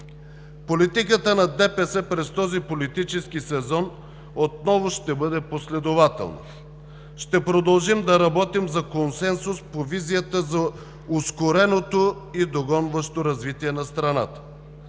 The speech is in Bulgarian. Политиката на ДПС през този политически сезон отново ще бъде последователна. Ще продължим да работим за консенсус по визията за ускореното и догонващо развитие на страната,